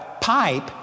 pipe